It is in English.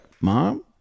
Mom